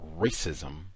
racism